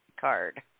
card